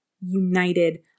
united